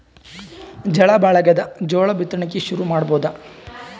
ಝಳಾ ಭಾಳಾಗ್ಯಾದ, ಜೋಳ ಬಿತ್ತಣಿಕಿ ಶುರು ಮಾಡಬೋದ?